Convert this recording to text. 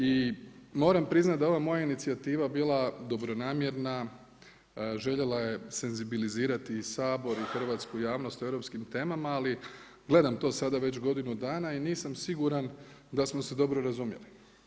I moram priznati da ova moja inicijativa je bila dobronamjerna, željela je senzibilizirati Sabor i hrvatsku javnost o europskim temama ali gledam to sada već godinu dana i nisam siguran da smo se dobro razumjeli.